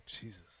Jesus